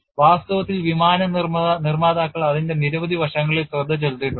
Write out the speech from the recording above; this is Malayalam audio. വാസ്തവത്തിൽ വിമാന നിർമ്മാതാക്കൾ അതിന്റെ നിരവധി വശങ്ങളിൽ ശ്രദ്ധ ചെലുത്തിയിട്ടുണ്ട്